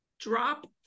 drop